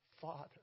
Father